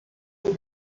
nous